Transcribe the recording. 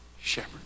shepherd